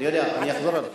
אני יודע, אני אחזור על זה.